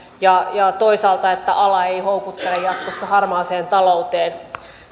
ja toisaalta että ala ei houkuttele jatkossa harmaaseen talouteen